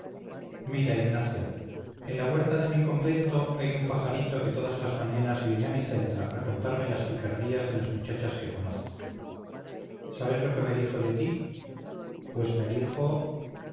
mira ignacia en la huerta de mi convento hay un pajarito que todas las mañanas viene a mi celda a contarme las picardías de las muchachas que conozco sabes lo que me dijo de ti pues me dijo